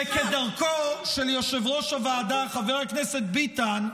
וכדרכו של יושב-ראש הוועדה חבר הכנסת ביטן,